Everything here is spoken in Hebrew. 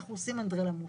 אנחנו עושים אנדרלמוסיה.